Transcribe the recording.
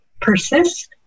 persist